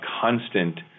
constant